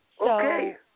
Okay